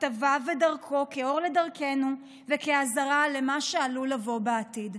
כתביו ודרכו כאור לדרכנו וכאזהרה למה שעלול לבוא בעתיד.